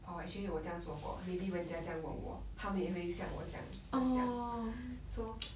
orh actually 我这样做过 maybe 人家这样问我他们也会向我这样 just 这样